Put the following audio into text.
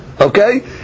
Okay